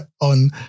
on